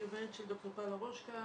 אני עובדת של ד"ר פאולה רושקה,